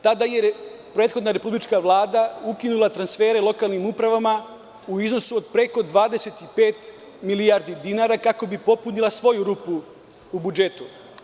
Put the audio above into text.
Tada je prethodna republička vlada ukinula transfere lokalnim upravama u iznosu od preko 25 milijardi dinara, kako bi popunila svoju rupu u budžetu.